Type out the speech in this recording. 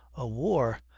a war!